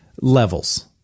levels